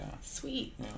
sweet